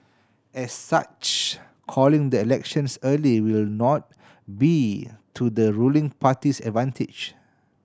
as such calling the elections early will not be to the ruling party's advantage